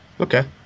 Okay